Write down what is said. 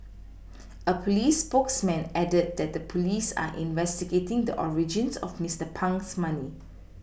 a police spokesman added that the police are investigating the origins of Mister Pang's money